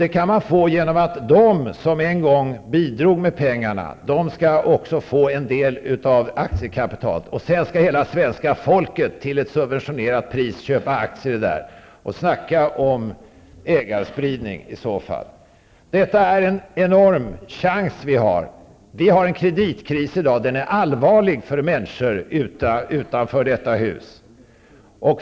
Det kan man få genom att de som en gång bidrog med pengarna också skall få en del av aktiekapitalet. Sedan skall hela svenska folket till ett subventionerat pris köpa aktier. Och snacka om ägarspridning i så fall! Detta är en enorm chans som vi har. I dag har vi en kreditkris. Den är allvarlig för människor utanför detta hus.